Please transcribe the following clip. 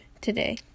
today